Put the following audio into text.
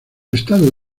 estado